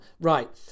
Right